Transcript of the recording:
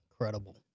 Incredible